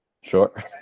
sure